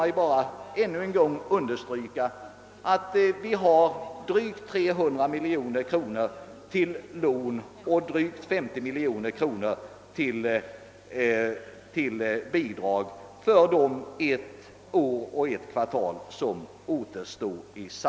Låt mig än en gång understryka att vi har drygt 300 miljoner kronor till lån och drygt 50 miljoner till bidrag för den tid av ett år och ett kvartal som återstår.